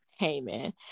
Heyman